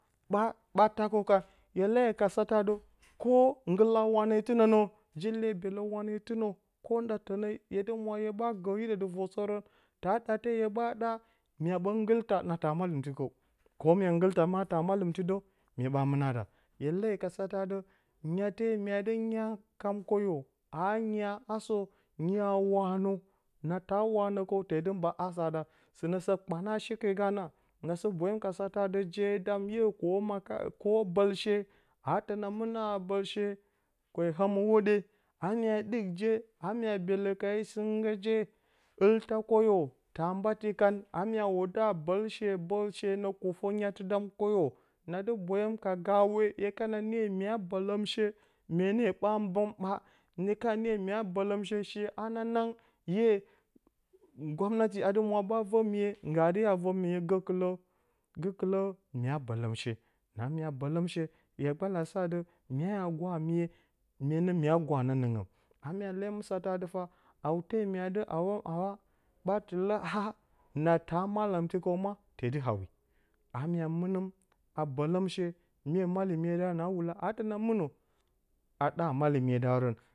Ba ba takəwkan, hye leyo ka satə adɨ koh gɨl ha waane tɨnə nə, ji-lee byelə waane tɨnə koh nda tənə hye dɨ mwa hye gə hiɗə dɨ ver sərə, taa ɗaate, hye ɓaa ɗa mya ɓə nggɨl ta na taa malɨmti kə, koh mya nggɨlta maa ta malɨmti də mye ɓa mɨna da. Hye leyo ka satə adɨ, nyatemya dɨnyaakam, kwoyo aa nyaa asə nyaa waanə, na taa waanə kəw hye te dɨ mba asə a ɗag sɨnə sə kpana shi ke ganəa na sɨ boyom kasatə adɨ je dam hye kwo koh kwo bəlshe a a təna mɨna a haa bəlshe, kwe həɨ hweɗye, na mya ɗɨk se na myaa, byelə ka yo sɨn gə je, ɨl taa kwoyo taa mba ti kan, a mya wudə a bəlshe, bəlshe nə kufə nyatɨ dam kwoyo. Nadɨ boyom ka gaawe, hye kana niyo mya bəlatunm she, she hananang hye, gomnati adɨ mya ɓaa vo-mye ngga dɨ a və-miye zə gə kɨlə mya bələ she. Na mya bələm she, mya gbalə a saa, adɨ mya a gwaa mye, mye nə mya gwaa nə nggəm. Na a maa leyom satə adɨ fah haute mya dɨ haawa ɓaa tɨlə haa naa ta a malɨmti kəw, ma tee dɨ haawi naa mya mɨnəm a bələm she, mye malɨmye daarə aa wula, naa təna mɨnə a ɗaa malɨmye daarə.